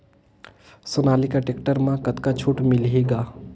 Sonalika tractor म कतका छूट मिलही ग?